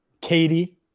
Katie